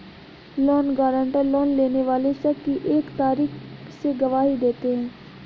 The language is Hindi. लोन गारंटर, लोन लेने वाले शख्स की एक तरीके से गवाही देते हैं